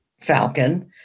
Falcon